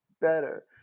better